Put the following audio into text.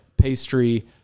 pastry